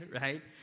right